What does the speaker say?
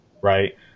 right